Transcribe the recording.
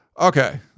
Okay